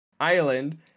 island